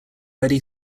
ready